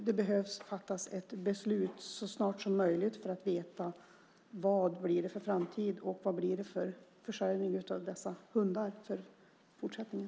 Det behöver fattas ett beslut så snart som möjligt för att man ske få veta vad det blir för framtid och för försörjning av dessa hundar i fortsättningen.